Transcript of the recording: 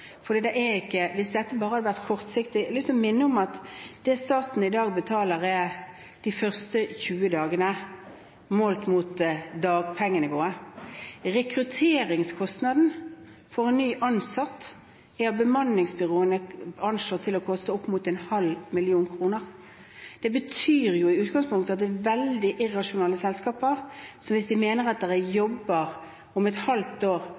hvis dette bare hadde vært kortsiktig. Jeg har lyst til å minne om at det staten i dag betaler for, er de første 20 dagene, målt mot dagpengenivået. Rekrutteringskostnaden for en ny ansatt er av bemanningsbyråene anslått til opp mot en halv million kroner. Det er i utgangspunktet veldig irrasjonelle selskaper hvis de mener at det er jobber om et halvt år